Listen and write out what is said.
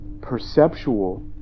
perceptual